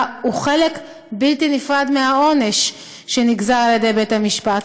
הוא חלק בלתי נפרד מהעונש שנגזר על ידי בית המשפט.